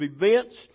events